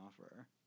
offer